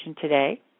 today